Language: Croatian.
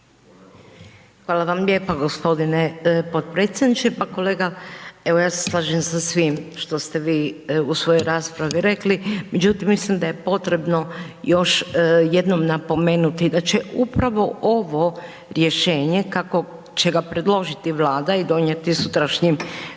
Hvala vam lijepa gospodine potpredsjedniče. Pa kolega evo ja se slažem sa svim što ste vi u svojoj rekli. Međutim, mislim da je potrebno još jednom napomenuti da će upravo ovo rješenje kako će ga predložiti Vlada i donijeti sutrašnjim